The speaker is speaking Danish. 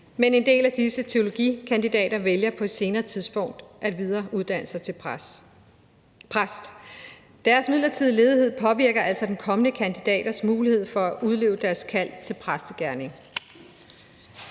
men en del af disse vælger alligevel at videreuddanne sig til præst. Deres midlertidige ledighed påvirker altså de kommende kandidaters muligheder for at udleve deres kald til præstegerningen.